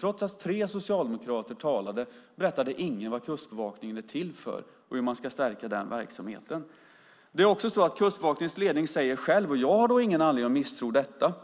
Trots att tre socialdemokrater talade berättade ingen vad Kustbevakningen är till för och hur man ska stärka den verksamheten. Det är också så att Kustbevakningens ledning själv säger, och jag har då ingen anledning att misstro detta,